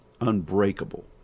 unbreakable